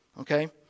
okay